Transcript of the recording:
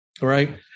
Right